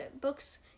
Books